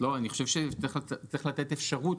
אני חושב שצריך לתת אפשרות.